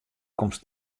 komst